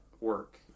work